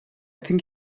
think